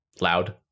Loud